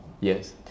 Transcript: yes